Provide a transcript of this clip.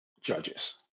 judges